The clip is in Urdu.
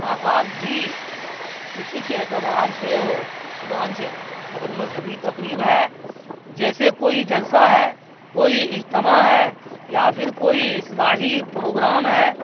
آغاز بھی اسی کے اعتبار سے ہو چنانچہ اگر مذہبی تقریب ہے جیسے کوئی جلسہ ہے کوئی اجتماع ہے یا پھر کوئی اصلاحی پروگرام ہے